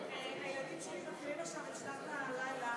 הילדים שלי מתחילים עכשיו את שנת הלילה,